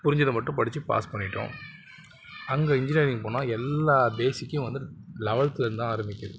புரிஞ்சதை மட்டும் படித்து பாஸ் பண்ணிவிட்டோம் அங்கே இன்ஜினியரிங் போனால் எல்லா பேஸிக்கும் வந்து லெவல்த்துலேருந்து தான் ஆரம்மிக்குது